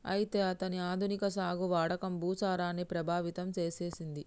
అయితే అతని ఆధునిక సాగు వాడకం భూసారాన్ని ప్రభావితం సేసెసింది